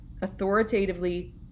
authoritatively